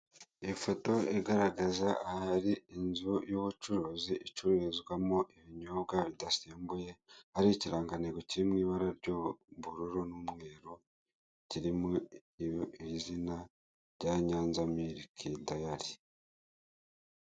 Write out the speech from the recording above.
Ifoto igaragaza ahari inzu y'ubucuruzi icururizwamo ibinyobwa bidasembuye, ari ikiranganigo kiri mu ibara ry'ubururu n'umweru kirimo izina rya Nyanza milk diary.